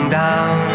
down